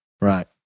right